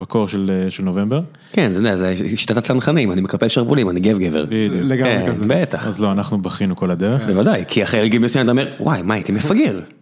בקור של נובמבר? כן, זה שיטת הצנחנים, אני מקפל שרוולים, אני גב גבר. בדיוק. לגמרי. בטח. אז לא, אנחנו בכינו כל הדרך. בוודאי, כי אחרי גיל מסוים, אדם אומר, וואי, מה, הייתי מפגר?